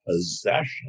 possession